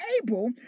able